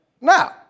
Now